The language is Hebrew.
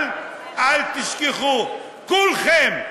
אבל אל תשכחו: כולכם,